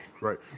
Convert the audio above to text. Right